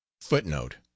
footnote